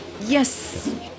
Yes